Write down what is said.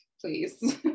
please